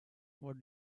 what